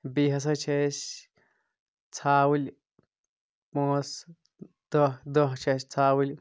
بیٚیہِ ہسا چھِ أسۍ ژھاوٕلۍ پانٛژھ دہ دہ چھِ اَسہِ ژھاوٕلۍ